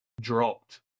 dropped